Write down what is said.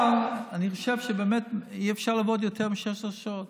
אבל אני חושב שבאמת אי-אפשר לעבוד יותר מ-16 שעות.